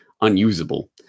unusable